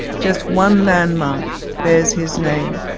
just one landmark bears his name,